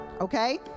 okay